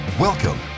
Welcome